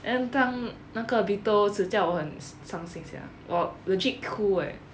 and 刚那个 beetle 死掉我很伤心 sia 我 legit 哭 eh